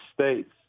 States